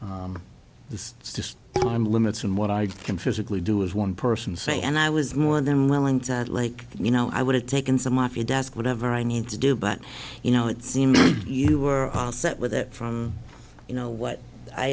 this it's just i'm limits in what i can physically do as one person say and i was more than willing to like you know i would have taken some of it does whatever i need to do but you know it seemed you were all set with it from you know what i